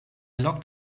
locked